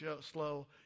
slow